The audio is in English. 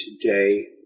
today